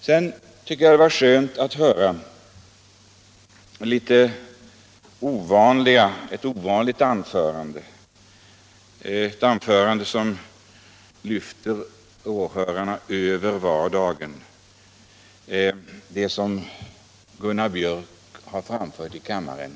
Jag tycker det var skönt att höra ett litet ovanligt anförande, ett anförande som lyfte åhörarna över vardagen, nämligen det som Gunnar Biörck framfört i kammaren.